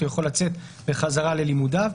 הוא יכול לצאת בחזרה ללימודיו.